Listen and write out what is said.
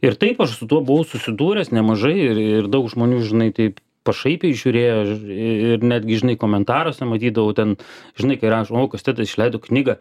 ir taip aš su tuo buvo susidūręs nemažai ir ir daug žmonių žinai taip pašaipiai žiūrėjo ir ir netgi žinai komentaruose matydavau ten žinai kai rašo o kastetas išleido knygą